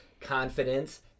confidence